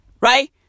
Right